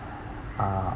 uh